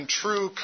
true